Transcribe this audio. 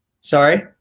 Sorry